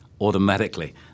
automatically